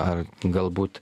ar galbūt